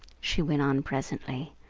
she went on presently,